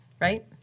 Right